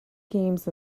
games